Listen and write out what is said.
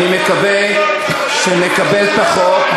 אני מקווה שנקבל את החוק,